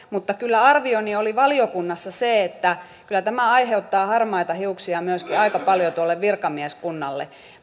mutta kyllä arvioni oli valiokunnassa se että kyllä tämä aiheuttaa harmaita hiuksia aika paljon myöskin virkamieskunnalle